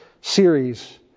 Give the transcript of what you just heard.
series